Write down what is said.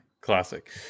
classic